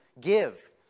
give